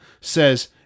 says